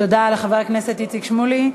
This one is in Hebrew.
תודה לחבר הכנסת איציק שמולי.